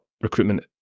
recruitment